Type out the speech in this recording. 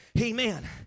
Amen